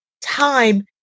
time